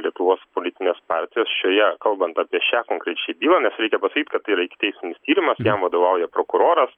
lietuvos politinės partijos šioje kalbant apie šią konkrečiai bylą nes reikia pasakyt kad tai yra ikiteisminis tyrimas jam vadovauja prokuroras